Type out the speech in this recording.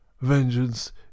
Vengeance